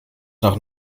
nach